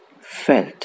Felt